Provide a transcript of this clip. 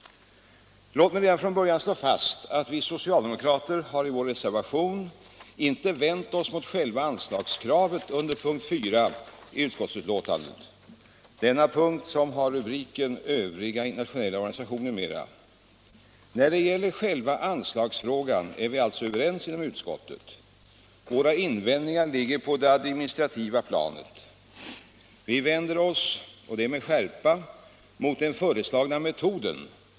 Låt mig redan från början slå fast att vi socialdemokrater i vår reservation inte har vänt oss mot själva anslagskravet under punkten 4 i utskottsbetänkandet. Denna punkt har fått rubriken ”Övriga internationella organisationer m.m.”. När det gäller själva anslagsfrågan är vi överens inom utskottet. Socialdemokraternas invändningar ligger på det administrativa planet. Vi vänder oss — och det med skärpa —- mot den föreslagna metoden.